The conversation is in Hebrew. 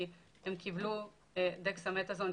כי הם קיבלו דקסמטזון,